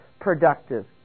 productive